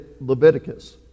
Leviticus